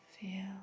Feel